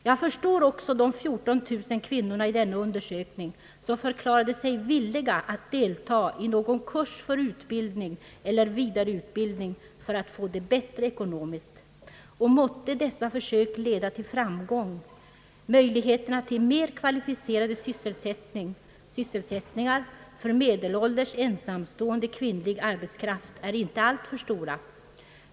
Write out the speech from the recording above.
Jag förstår också de 14000 kvinnor i denna undersökning som förklarat sig villiga att delta i någon kurs för utbildning eller vidareutbildning för att få det bättre ekonomiskt. Måtte dessa för sök leda till framgång! Möjligheterna till mera kvalificerade sysselsättningar för medelålders ensamstående kvinnlig arbetskraft är inte alltför stora.